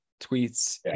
tweets